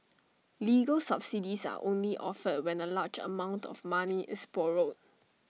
legal subsidies are only offered when A large amount of money is borrowed